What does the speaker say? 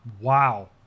Wow